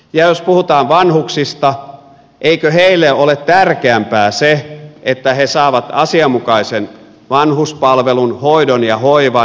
ja jos puhutaan vanhuksista eikö heille ole tärkeämpää se että he saavat asianmukaisen vanhuspalvelun hoidon ja hoivan